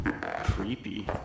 creepy